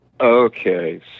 Okay